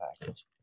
package